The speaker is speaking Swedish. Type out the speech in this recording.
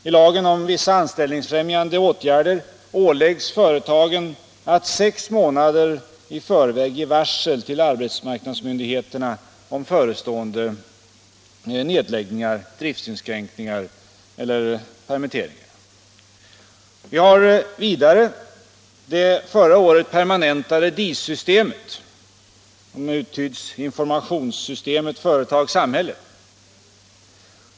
I lagen om vissa anställningsfrämjande åtgärder åläggs företagen att sex månader i förväg ge varsel till arbetsmarknadsmyndigheterna om förestående nedläggningar, driftsinskränkningar och permitteringar. Vi har vidare det förra året permanentade s.k. DIS-systemet, som uttyds informationssystemet företag-samhälle.